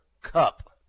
Cup